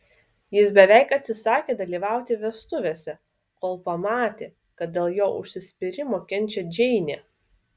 jis beveik atsisakė dalyvauti vestuvėse kol pamatė kad dėl jo užsispyrimo kenčia džeinė